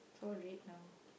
so red now